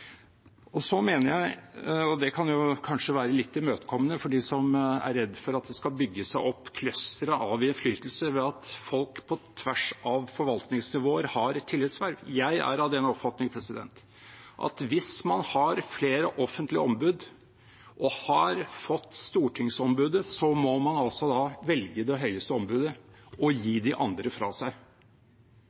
Så er jeg av den oppfatning – og det kan jo kanskje være litt imøtekommende for dem som er redd for at det skal bygge seg opp clustre av innflytelse ved at folk på tvers av forvaltningsnivåer har tillitsverv – at hvis man har flere offentlige ombud og har fått stortingsombudet, må man velge det høyeste ombudet og gi de andre fra seg.